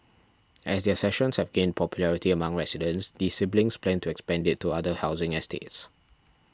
as their sessions have gained popularity among residents the siblings plan to expand it to other housing estates